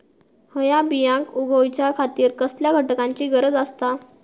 हया बियांक उगौच्या खातिर कसल्या घटकांची गरज आसता?